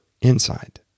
inside